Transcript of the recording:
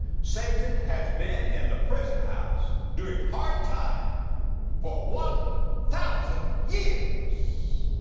satan has been in the prison house doing hard time for one thousand years!